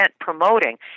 promoting